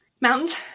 mountains